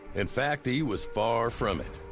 in fact, he was far from it.